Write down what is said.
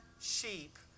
sheep